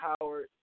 Howard